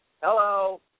Hello